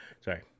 Sorry